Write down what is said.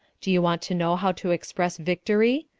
do you want to know how to express victory?